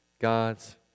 God's